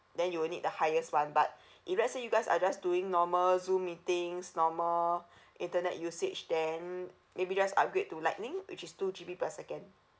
then you will need the highest [one] but if let's say you guys are just doing normal zoom meetings normal internet usage then maybe just upgrade to lightning which is two G_B per second